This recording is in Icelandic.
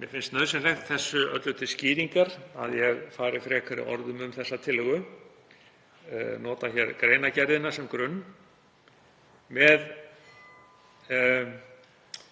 Mér finnst nauðsynlegt, þessu öllu til skýringar, að ég fari frekari orðum um þessa tillögu og nota hér greinargerðina sem grunn. Með